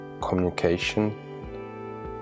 communication